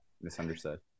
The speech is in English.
misunderstood